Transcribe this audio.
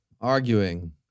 arguing